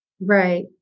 Right